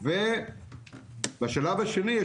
בשלב השני,